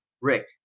Rick